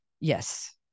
Yes